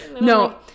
no